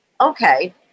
Okay